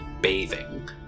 bathing